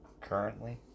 Currently